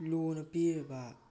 ꯂꯣꯅ ꯄꯤꯔꯤꯕ